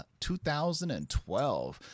2012